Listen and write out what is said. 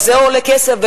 גם זה עולה כסף.